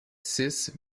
six